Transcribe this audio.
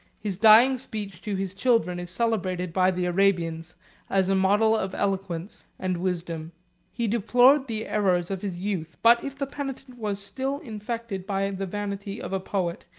his dying speech to his children is celebrated by the arabians as a model of eloquence and wisdom he deplored the errors of his youth but if the penitent was still infected by the vanity of a poet,